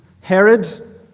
Herod